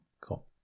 cool